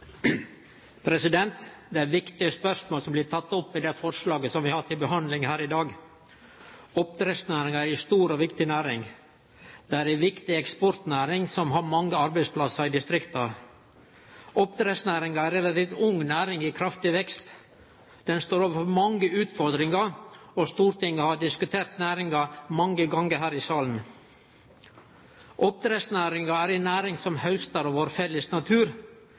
ei viktig eksportnæring som har mange arbeidsplassar i distrikta. Oppdrettsnæringa er ei relativt ung næring i kraftig vekst. Ho står overfor mange utfordringar, og Stortinget har diskutert næringa mange gonger her i salen. Oppdrettsnæringa er ei næring som haustar av vår felles natur.